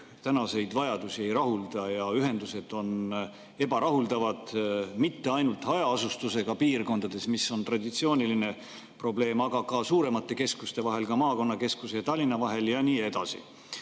tänaseid vajadusi ei rahulda. Ühendused on ebarahuldavad mitte ainult hajaasustusega piirkondades, mis on traditsiooniline probleem, vaid ka suuremate keskuste vahel, samuti maakonnakeskuste ja Tallinna vahel ja nii edasi.